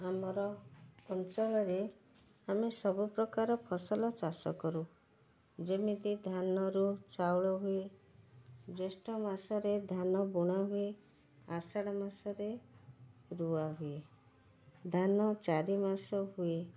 ଆମର ଅଞ୍ଚଳରେ ଆମେ ସବୁ ପ୍ରକାର ଫସଲ ଚାଷ କରୁ ଯେମିତି ଧାନରୁ ଚାଉଳ ହୁଏ ଜ୍ୟେଷ୍ଠ ମାସରେ ଧାନ ବୁଣା ହୁଏ ଆଷାଢ଼ ମାସରେ ରୁଆ ହୁଏ ଧାନ ଚାରିମାସ ହୁଏ